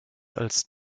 als